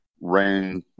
rain